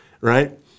right